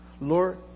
Lord